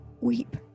weep